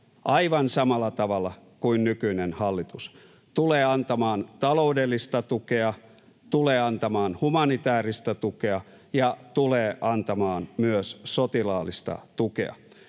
aivan samalla tavalla kuin nykyinen hallitus, tulee antamaan taloudellista tukea, tulee antamaan humanitääristä tukea